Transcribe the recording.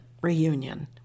reunion